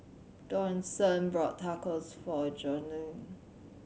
Johnson bought Tacos for Jocelyne